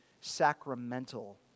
sacramental